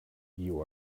you